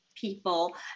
people